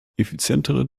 effizientere